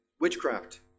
witchcraft